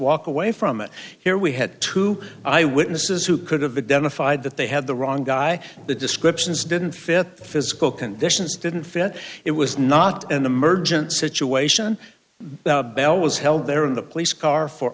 walk away from it here we had two eyewitnesses who could have identified that they had the wrong guy the descriptions didn't fit physical conditions didn't fit it was not an emergent situation the bell was held there in the police car for